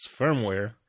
firmware